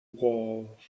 valve